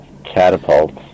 Catapults